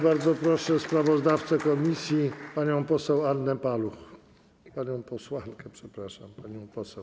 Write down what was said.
Bardzo proszę sprawozdawcę komisji panią poseł Annę Paluch, panią posłankę, przepraszam, Annę Paluch.